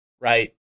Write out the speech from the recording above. right